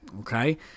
okay